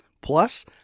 Plus